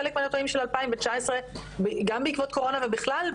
חלק מהנתונים של 2019 גם בעקבות קורונה ובכלל,